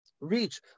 reach